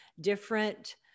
different